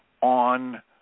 on